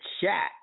chat